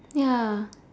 ya